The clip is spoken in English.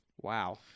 Wow